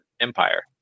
Empire